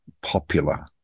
popular